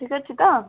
ଠିକ୍ ଅଛି ତ